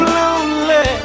lonely